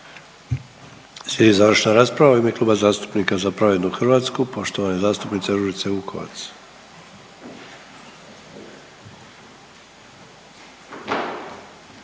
Slijedi rasprava u ime Kluba zastupnika Za pravednu Hrvatsku poštovane zastupnice Ružice Vukovac.